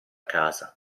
casa